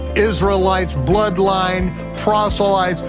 israelites, bloodline, proselytes,